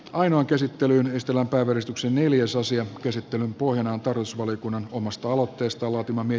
ainoa käsittelyyn estela barnestuksen eli jos asian käsittelyn pohjana on tarkastusvaliokunnan omasta aloitteesta laatimamme